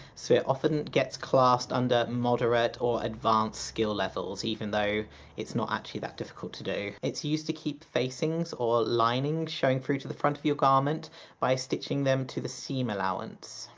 so it often gets classed under moderate or advanced skill levels even though it's not actually that difficult to do. it's used to keep facings or linings showing through to the front of your garment by stitching them to the seam allowance.